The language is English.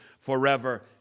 forever